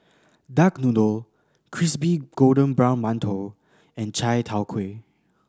duck noodle crispy golden brown mantou and chai tow kway